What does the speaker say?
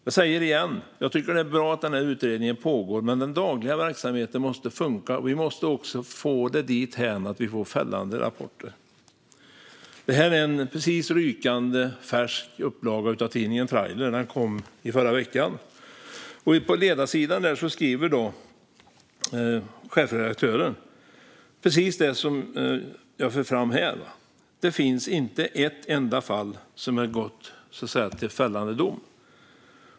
Jag säger det igen: Jag tycker att det är bra att den här utredningen pågår, men den dagliga verksamheten måste funka. Vi måste också få det dithän att vi får fällande rapporter. I min hand håller jag ett rykande färskt exemplar av tidningen Trailer. Det kom förra veckan. På ledarsidan skriver chefredaktören precis det som jag för fram här: Det finns inte ett enda fall som har gått till fällande dom.